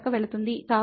కాబట్టి x2 y2